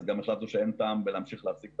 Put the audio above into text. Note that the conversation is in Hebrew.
גם החלטנו שאין טעם להמשיך להעסיק את